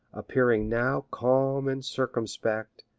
appearing now calm and circumspect,